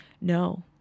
No